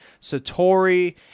satori